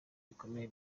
bikomeye